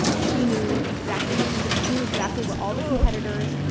um she knew exactly how to use it. she knew exactly what all the competitors,